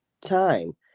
time